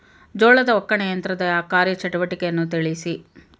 ಜೋಳದ ಒಕ್ಕಣೆ ಯಂತ್ರದ ಕಾರ್ಯ ಚಟುವಟಿಕೆಯನ್ನು ತಿಳಿಸಿ?